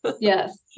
yes